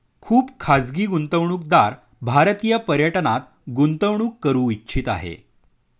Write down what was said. खुप खाजगी गुंतवणूकदार भारतीय पर्यटनात गुंतवणूक करू इच्छित आहे